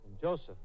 Joseph